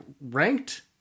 ranked